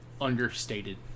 understated